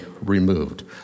removed